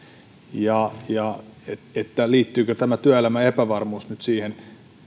ja ja että liittyykö tämä työelämän epävarmuus nyt siihen